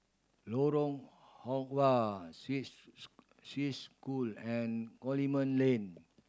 Lorong Halwa Swiss School and Coleman Lane